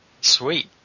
Sweet